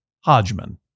Hodgman